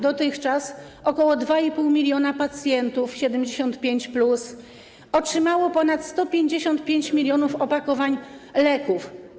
Dotychczas ok. 2,5 mln pacjentów 75+ otrzymało ponad 155 mln opakowań leków.